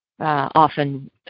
often